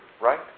right